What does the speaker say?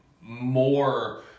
more